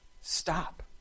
stop